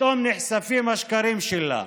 פתאום נחשפים השקרים שלה.